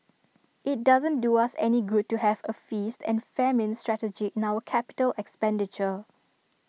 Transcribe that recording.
IT doesn't do us any good to have A feast and famine strategy in our capital expenditure